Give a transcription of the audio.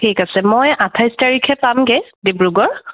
ঠিক আছে মই আঠাইছ তাৰিখে পামগৈ ডিব্ৰুগড়